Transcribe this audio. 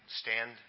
stand